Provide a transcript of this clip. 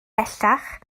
bellach